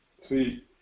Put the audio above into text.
See